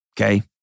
okay